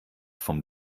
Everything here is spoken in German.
vom